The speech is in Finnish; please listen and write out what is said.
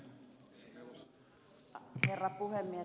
arvoisa herra puhemies